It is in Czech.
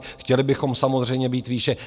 Chtěli bychom samozřejmě být výše.